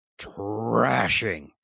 trashing